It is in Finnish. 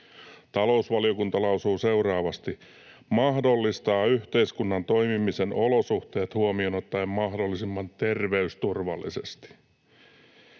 Talousvaliokunta lausuu seuraavasti: ”mahdollistaa yhteiskunnan toimimisen olosuhteet huomioon ottaen mahdollisimman terveysturvallisesti”.